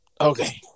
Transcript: Okay